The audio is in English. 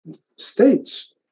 states